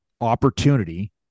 opportunity